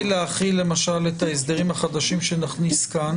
כדי להחיל את ההסדרים החדשים שנכניס כאן